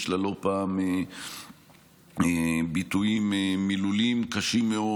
יש לה לא פעם ביטויים מילוליים קשים מאוד.